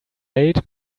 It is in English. late